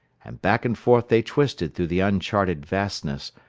and back and forth they twisted through the uncharted vastness,